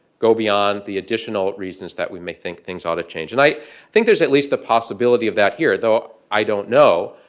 go beyond the additional reasons that we may think things ought to change. and i think there's at least the possibility of that here, though i don't know.